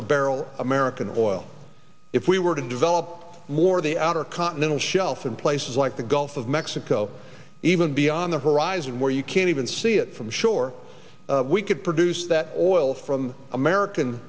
a barrel american oil if we were to develop more the outer continental shelf in places like the gulf of mexico even beyond the horizon where you can't even see it from shore we could produce that oil from american